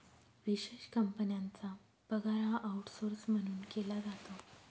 विशेष कंपन्यांचा पगार हा आऊटसौर्स म्हणून केला जातो